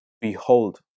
Behold